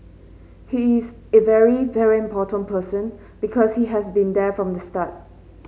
he is a very very important person because he has been there from the start